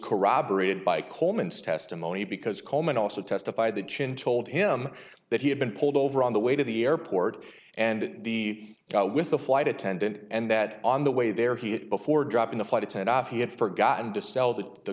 corroborated by coleman's testimony because coleman also testified that chin told him that he had been pulled over on the way to the airport and the guy with the flight attendant and that on the way there he had before dropping the flight it's an offer he had forgotten to sell that the